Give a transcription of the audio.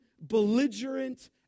belligerent